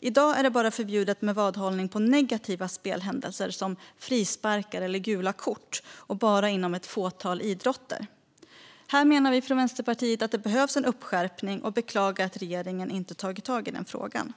I dag är det bara förbjudet med vadhållning på negativa spelhändelser som frisparkar och gula kort, och bara inom ett fåtal idrotter. Här menar vi från Vänsterpartiet att det behövs en uppskärpning och beklagar att regeringen inte tagit tag i den frågan.